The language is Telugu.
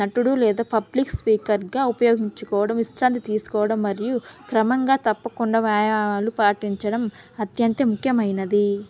నటుడు లేదా పబ్లిక్ స్పీకర్గా ఉపయోగించుకోవడం విశ్రాంతి తీసుకోవడం మరియు క్రమంగా తప్పకుండా వ్యాయాలు పాటించడం అత్యంత ముఖ్యమైనది